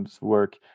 work